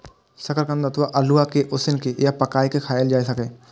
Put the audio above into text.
शकरकंद अथवा अल्हुआ कें उसिन के या पकाय के खायल जाए छै